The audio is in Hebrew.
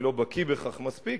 אני לא בקי בכך מספיק,